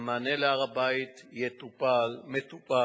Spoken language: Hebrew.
המענה להר-הבית יטופל, מטופל,